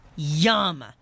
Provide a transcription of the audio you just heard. Yum